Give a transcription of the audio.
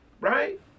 right